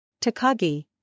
Takagi